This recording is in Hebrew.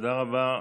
תודה רבה.